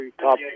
top